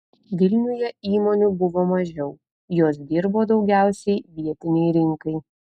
vilniuje įmonių buvo mažiau jos dirbo daugiausiai vietinei rinkai